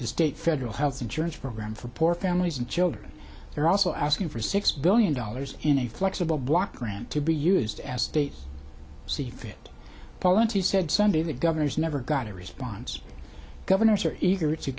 the state federal health insurance program for poor families and children they're also asking for six billion dollars in a flexible block grant to be used as states see fit polities said sunday that governors never got a response governors are eager to